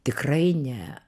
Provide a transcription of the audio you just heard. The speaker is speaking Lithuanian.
tikrai ne